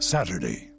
Saturday